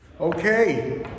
Okay